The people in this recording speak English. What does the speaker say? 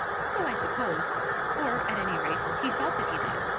so i suppose or at any rate he thought that he did.